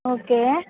okay